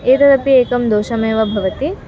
एतदपि एकं दोषमेव भवति